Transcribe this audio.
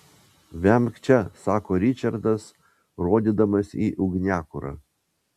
vemk čia sako ričardas rodydamas į ugniakurą